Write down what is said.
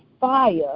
fire